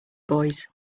boys